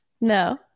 No